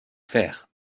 faire